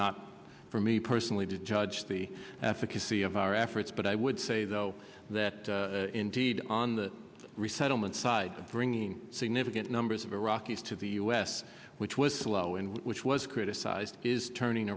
not for me personally to judge the african c of our efforts but i would say though that indeed on the resettlement side bringing significant numbers of iraqis to the u s which was slow and which was criticized is turning